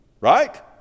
right